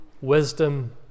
wisdom